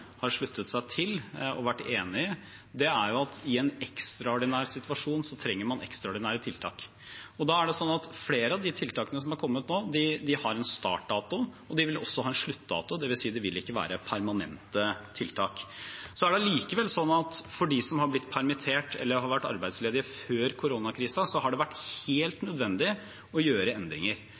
sluttet seg til og vært enig i, er at i en ekstraordinær situasjon trenger man ekstraordinære tiltak. Da er det slik at flere av de tiltakene som har kommet nå, har en startdato, og de vil også ha en sluttdato – dvs. det vil ikke være permanente tiltak. Så er det allikevel slik at for dem som har blitt permittert eller har vært arbeidsledige før koronakrisen, har det vært helt nødvendig å gjøre endringer.